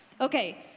okay